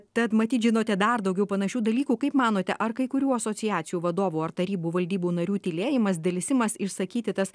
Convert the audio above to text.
tad matyt žinote dar daugiau panašių dalykų kaip manote ar kai kurių asociacijų vadovų ar tarybų valdybų narių tylėjimas delsimas išsakyti tas